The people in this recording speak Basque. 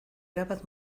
erabat